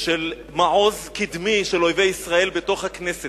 של מעוז קדמי של אויבי ישראל בתוך הכנסת.